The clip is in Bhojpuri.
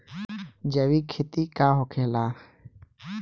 जैविक खेती का होखेला?